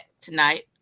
tonight